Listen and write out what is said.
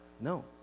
No